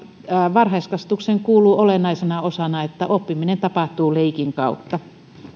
varhaiskasvatukseen kuuluu olennaisena osana että oppiminen tapahtuu leikin kautta